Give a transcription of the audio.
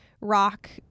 rock